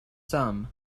some